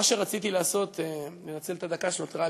מה שרציתי לעשות, לנצל את הדקה שנותרה,